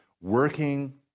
working